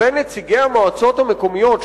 שבין נציגי המועצות המקומיות,